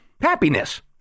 happiness